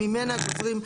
שממנה גוזרים?